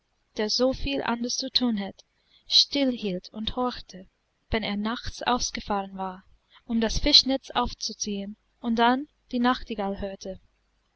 der so viel anderes zu thun hatte still hielt und horchte wenn er nachts ausgefahren war um das fischnetz aufzuziehen und dann die nachtigall hörte